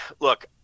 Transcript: look